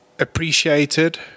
appreciated